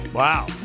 Wow